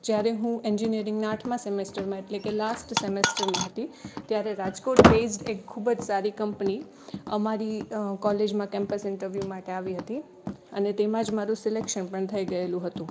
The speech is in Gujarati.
જ્યારે હું એન્જિનીયરિંગના આઠમા સેમેસ્ટરમાં એટલે કે લાસ્ટ સેમેસ્ટરમાં હતી ત્યારે રાજકોટ બેઝ્ડ એક ખૂબ જ સારી કંપની અમારી અ કોલેજમાં કેમ્પસ ઇન્ટરવ્યૂ માટે આવી હતી અને તેમાં જ મારું સિલેક્શન પણ થઇ ગયેલું હતું